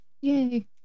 Yay